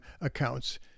accounts